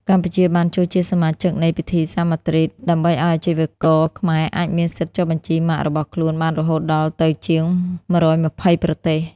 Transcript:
កម្ពុជាបានចូលជាសមាជិកនៃ "ពិធីសារម៉ាឌ្រីដ" ដើម្បីឱ្យអាជីវករខ្មែរអាចមានសិទ្ធិចុះបញ្ជីម៉ាករបស់ខ្លួនបានរហូតដល់ទៅជាង ១២០ ប្រទេស។